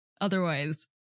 otherwise